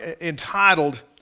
entitled